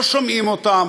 לא שומעים אותם,